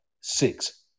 six